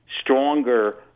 stronger